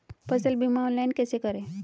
फसल बीमा ऑनलाइन कैसे करें?